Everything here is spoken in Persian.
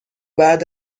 بعد